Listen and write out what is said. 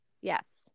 Yes